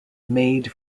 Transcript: made